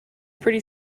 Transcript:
pretty